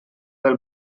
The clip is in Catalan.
del